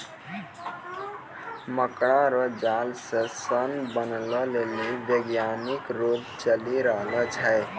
मकड़ा रो जाल से सन बनाबै लेली वैज्ञानिक शोध चली रहलो छै